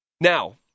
Now